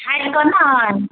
छाँटि कऽ नहि